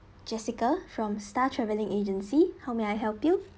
jessica from star travelling agency how may I help you